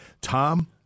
Tom